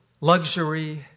luxury